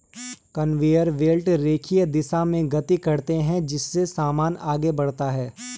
conveyor belt रेखीय दिशा में गति करते हैं जिससे सामान आगे बढ़ता है